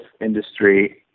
industry